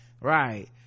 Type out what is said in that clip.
right